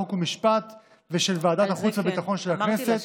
חוק ומשפט ושל ועדת החוץ והביטחון של הכנסת,